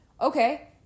Okay